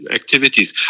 activities